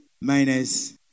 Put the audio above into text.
minus